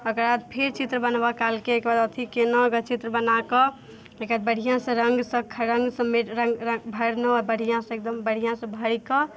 ओकरबाद फेर चित्र बनबऽ कालके ओइकेबाद अथी केनहुँ ओइकेबाद चित्र बनाकऽ ओइकेबाद बढ़िआँसँ रङ्गसँ रङ्गसँ भरनौ बढ़िआँसँ एकदम बढ़िआँसँ भरीकऽ